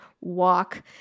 walk